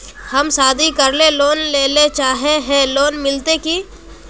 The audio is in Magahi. हम शादी करले लोन लेले चाहे है लोन मिलते की?